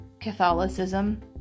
Catholicism